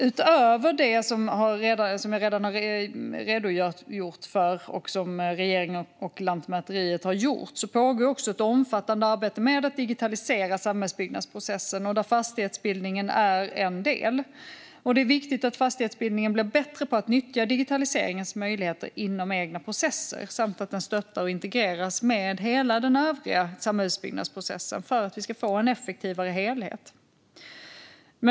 Utöver det som regeringen och Lantmäteriet har gjort och som jag redan har redogjort för pågår ett omfattande arbete med att digitalisera samhällsbyggnadsprocessen, och där är fastighetsbildningen en del. Det är viktigt att fastighetsbildningen blir bättre på att nyttja digitaliseringens möjligheter inom egna processer samt att den stöttas och integreras med hela den övriga samhällsbyggnadsprocessen för att vi ska få en effektivare helhet.